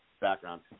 background